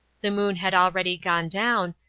the moon had already gone down,